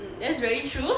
that's very true